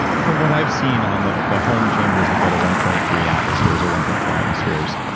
from what i've seen on the the home chambers that go to one point three atmospheres or one point four atmospheres,